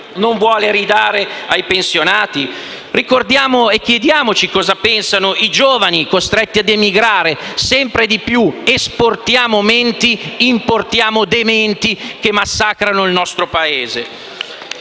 non vuole restituire loro? Ricordiamo e chiediamoci cosa pensano i giovani costretti ad emigrare sempre di più. Esportiamo menti e importiamo dementi che massacrano il nostro Paese.